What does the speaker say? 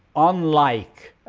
unlike